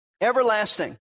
everlasting